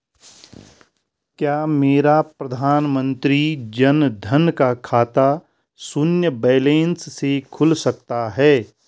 क्या मेरा प्रधानमंत्री जन धन का खाता शून्य बैलेंस से खुल सकता है?